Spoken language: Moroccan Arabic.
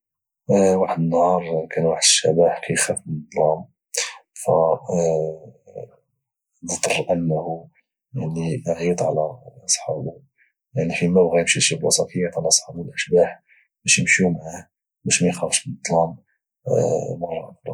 واحد النهار كان واحد الشبح كيخاف من الظلام فضطر انه يعيط على صحابو يعني فينما بغا يمشي لشي بلاصة كيعيط على صحابو الأشباح باش امشيو معه باش ميخافش من الظلام مرة اخرى